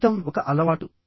జీవితం ఒక అలవాటు